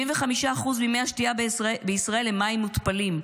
75% ממי השתייה בישראל הם מים מותפלים,